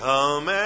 Come